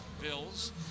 bills